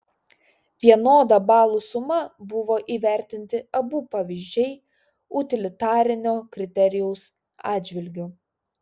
vienoda balų suma buvo įvertinti abu pavyzdžiai utilitarinio kriterijaus atžvilgiu